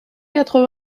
quatre